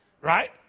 Right